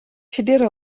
tudur